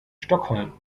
stockholm